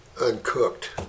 uncooked